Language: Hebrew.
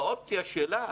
והאופציה שלה